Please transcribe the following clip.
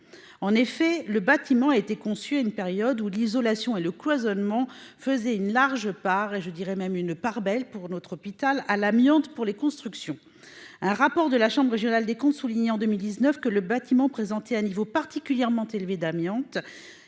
En effet, le bâtiment a été conçu à une période où l'isolation et le cloisonnement faisaient la part belle à l'amiante pour les constructions. Un rapport de la chambre régionale des comptes soulignait en 2019 que le bâtiment présentait « un niveau particulièrement élevé d'amiante